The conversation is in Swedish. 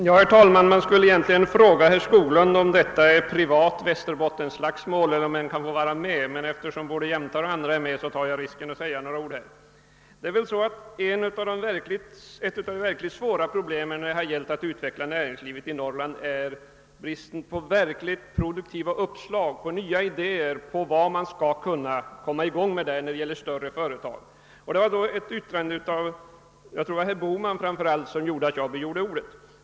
Herr talman! Man skulle egentligen fråga herr Skoglund, om detta är ett privat västerbottensslagsmål eller om man kan få vara med, men eftersom både jämtar och andra deltar, så tar jag risken att säga några ord. Ett av de verkligt svåra problemen när det gäller att utveckla näringslivet i Norrland är bristen på verkligt produktiva uppslag, på nya idéer om vad man skall kunna komma i gång med där uppe i fråga om större företag. Det var främst ett yttrande av herr Bohman om den saken som gjorde att jag begärde ordet.